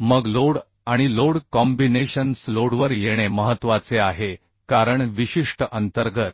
मग लोड आणि load combinations लोडवर येणे महत्वाचे आहे कारण विशिष्ट अंतर्गत